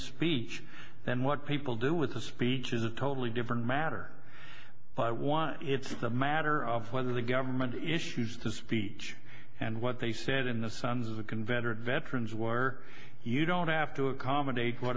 speech then what people do with the speech is a totally different matter by why it's the matter of whether the government issues the speech and what they said in the sons of the converter veterans were you don't have to accommodate what